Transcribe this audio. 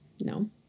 No